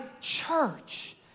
church